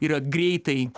yra greitai